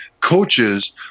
coaches